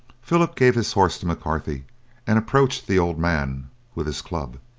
philip gave his horse to mccarthy and approached the old man with his club.